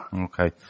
Okay